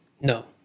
No